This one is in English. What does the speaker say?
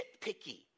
nitpicky